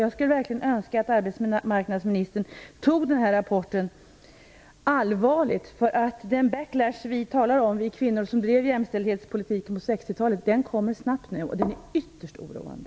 Jag skulle verkligen önska att arbetsmarknadsministern tog rapporten på allvar. Den "backlash" som vi kvinnor som drev jämställdhetspolitiken på 60-talet talar om kommer snabbt nu. Det är ytterst oroande.